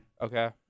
Okay